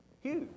huge